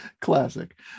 classic